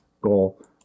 goal